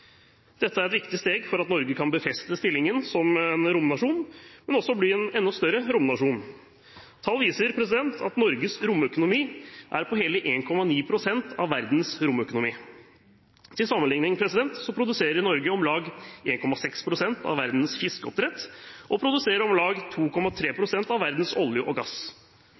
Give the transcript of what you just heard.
Dette er et viktig steg for at Norge kan befeste stillingen som romnasjon, men også bli en enda større romnasjon. Tall viser at Norges romøkonomi er på hele 1,9 pst. av verdens romøkonomi. Til sammenligning produserer Norge om lag 1,6 pst. av verdens fiskeoppdrett og om lag 2,3 pst. av verdens olje og gass.